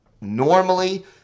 normally